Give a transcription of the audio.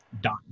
done